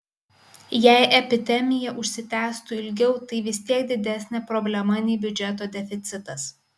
jei epidemija užsitęstų ilgiau tai vis tiek didesnė problema nei biudžeto deficitas